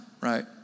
right